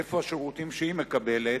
איפה השירותים שהיא מקבלת,